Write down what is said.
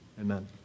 Amen